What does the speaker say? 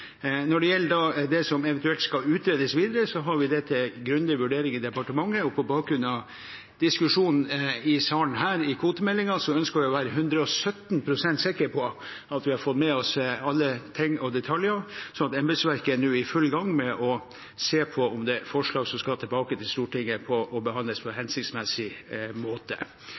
Når det gjelder det som eventuelt skal utredes videre, har vi det til grundig vurdering i departementet. På bakgrunn av diskusjonen her i salen om kvotemeldingen ønsker vi å være 117 pst. sikre på at vi har fått med oss alt og alle detaljer. Embetsverket er nå i full gang med å se på om det er forslag som skal tilbake til Stortinget for å behandles på en hensiktsmessig måte.